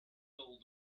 told